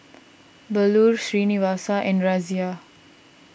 Bellur Srinivasa and Razia